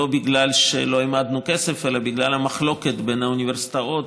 לא בגלל שלא העמדנו כסף אלא בגלל מחלוקת בין האוניברסיטאות